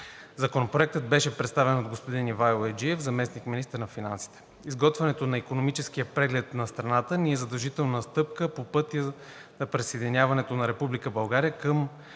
Законопроектът беше представен от господин Ивайло Яйджиев – заместник-министър на финансите. Изготвянето на икономически преглед на страната ни е задължителна стъпка по пътя на присъединяването на Република България към